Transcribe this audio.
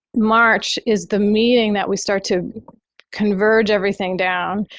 march is the meeting that we start to converge everything down.